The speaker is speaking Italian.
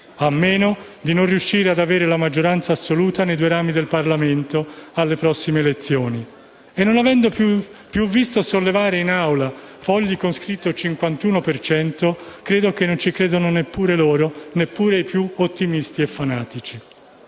a meno di non riuscire ad avere la maggioranza assoluta nei due rami del Parlamento alle prossime elezioni e, non avendo più visto sollevare in Aula fogli con scritto "51 per cento", credo che non ci credano neppure i più ottimisti o fanatici